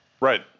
Right